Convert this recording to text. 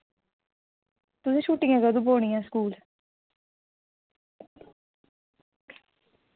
तुसें गी छुट्टियां कदूं पौनियां स्कूल